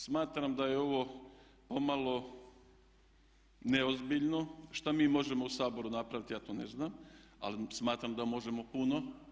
Smatram da je ovo pomalo neozbiljno, šta mi možemo u Saboru napraviti ja to ne znam ali smatram da možemo puno.